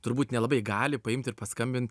turbūt nelabai gali paimti ir paskambint